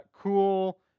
cool